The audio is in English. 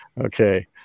Okay